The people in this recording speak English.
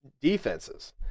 defenses